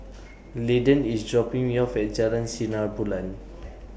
Landen IS dropping Me off At Jalan Sinar Bulan